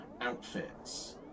outfits